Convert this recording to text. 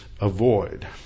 avoid